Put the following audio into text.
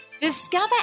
Discover